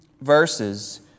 verses